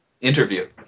Interview